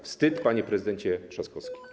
Wstyd, panie prezydencie Trzaskowski.